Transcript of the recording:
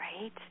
right